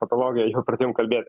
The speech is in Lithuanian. patologiją jau pradėjom kalbėt